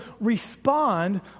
respond